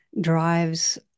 drives